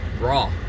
Raw